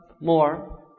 more